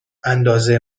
اندازه